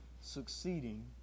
succeeding